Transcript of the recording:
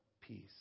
peace